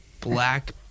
black